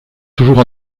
toujours